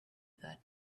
that